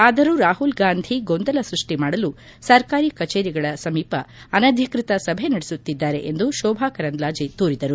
ಆದರೂ ರಾಹುಲ್ ಗಾಂಧಿ ಗೊಂದಲ ಸೃಷ್ಟಿ ಮಾಡಲು ಸರ್ಕಾರಿ ಕಚೇರಿಗಳ ಸಮೀಪ ಅನಧಿಕೃತ ಸಭೆ ನಡೆಸುತ್ತಿದ್ದಾರೆ ಎಂದು ಶೋಭಾ ಕರಂದ್ಲಾಜೆ ದೂರಿದರು